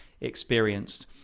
experienced